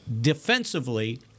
Defensively